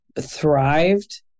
thrived